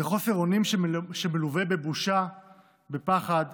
זה חוסר אונים שמלווה בבושה, בפחד,